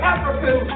African